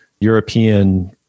European